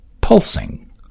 pulsing